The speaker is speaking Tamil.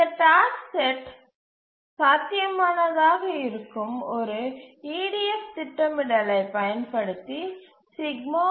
இந்த டாஸ்க் செட் பு சாத்தியமானதாக இருக்கும் ஒரு EDF திட்டமிடலைப் பயன்படுத்தி இயக்கவும்